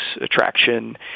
attraction